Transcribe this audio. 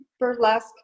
burlesque